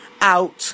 out